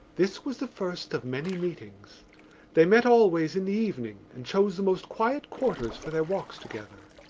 this was the first of many meetings they met always in the evening and chose the most quiet quarters for their walks together.